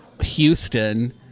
Houston